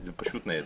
זה פשוט נהדר.